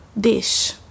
dish